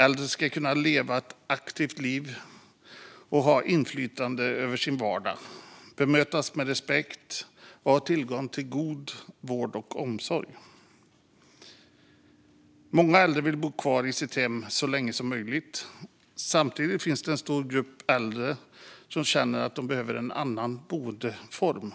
Äldre ska kunna leva ett aktivt liv och ha inflytande över sin vardag, bemötas med respekt och ha tillgång till god vård och omsorg. Många äldre vill bo kvar i sitt hem så länge som möjligt. Samtidigt finns det en stor grupp äldre som känner att de behöver en annan boendeform